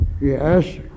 Yes